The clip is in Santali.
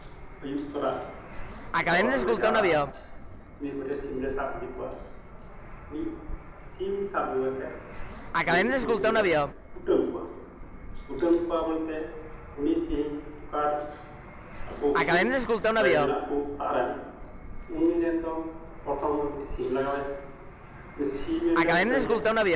ᱟᱹᱭᱩᱵ ᱛᱚᱨᱟ ᱡᱚᱛᱚ ᱦᱚᱲ ᱚᱸᱰᱮᱞᱮ ᱡᱟᱣᱨᱟᱜᱼᱟ ᱢᱤᱢᱤᱫ ᱜᱚᱴᱮᱱ ᱥᱤᱢ ᱞᱮ ᱥᱟᱵ ᱤᱫᱤ ᱠᱚᱣᱟ ᱥᱤᱢ ᱥᱟᱵ ᱤᱫᱤ ᱠᱟᱛᱮᱫ ᱩᱱᱠᱩ ᱠᱚᱫᱚᱞᱮ ᱠᱩᱴᱟᱹᱢ ᱠᱚᱣᱟ ᱠᱩᱴᱟᱹᱢ ᱠᱚᱣᱟ ᱵᱚᱞᱛᱮ ᱩᱱᱤ ᱛᱮᱦᱤᱧ ᱚᱠᱟ ᱟᱠᱚ ᱠᱷᱩᱸᱛ ᱚᱠᱚᱭ ᱢᱮᱱᱟᱜ ᱠᱚ ᱚᱲᱟᱜ ᱨᱮᱱ ᱩᱱᱤ ᱨᱮᱱ ᱫᱚ ᱯᱨᱚᱛᱷᱚᱢ ᱫᱚ ᱢᱤᱫᱴᱮᱱ ᱥᱤᱢ ᱞᱟᱜᱟᱣ ᱮᱭᱟ ᱩᱱᱤ ᱥᱤᱢᱞᱮ ᱠᱩᱴᱟᱹᱢ ᱮᱭᱟ